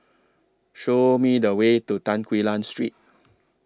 Show Me The Way to Tan Quee Lan Street